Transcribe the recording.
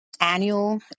annual